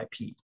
IP